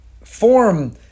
form